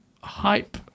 hype